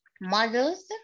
models